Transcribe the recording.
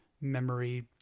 memory